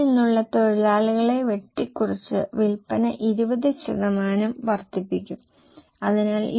ഇപ്പോൾ ഫിക്സഡ് ഘടകത്തിന് ഞങ്ങൾ 10 ശതമാനം വർദ്ധനവ് പരിഗണിക്കും അത് 104 ആണ്